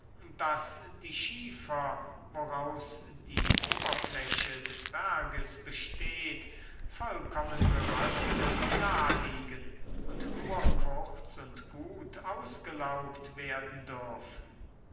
daß die schiefer woraus die oberfläche des berges besteht vollkommen geröstet daliegen und nur kurz und gut ausgelaugt werden dürfen